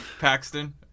Paxton